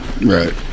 Right